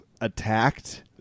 Attacked